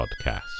podcast